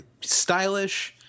stylish